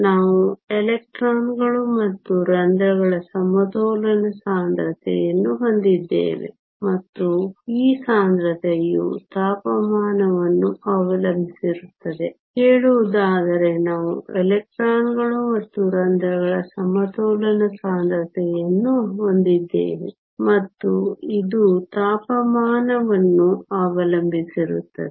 ನಾವು ಎಲೆಕ್ಟ್ರಾನ್ಗಳು ಮತ್ತು ರಂಧ್ರಗಳ ಸಮತೋಲನ ಸಾಂದ್ರತೆಯನ್ನು ಹೊಂದಿದ್ದೇವೆ ಮತ್ತು ಈ ಸಾಂದ್ರತೆಯು ತಾಪಮಾನವನ್ನು ಅವಲಂಬಿಸಿರುತ್ತದೆ ಹೇಳುವುದಾದರೆ ನಾವು ಎಲೆಕ್ಟ್ರಾನ್ಗಳು ಮತ್ತು ರಂಧ್ರಗಳ ಸಮತೋಲನ ಸಾಂದ್ರತೆಯನ್ನು ಹೊಂದಿದ್ದೇವೆ ಮತ್ತು ಇದು ತಾಪಮಾನವನ್ನು ಅವಲಂಬಿಸಿರುತ್ತದೆ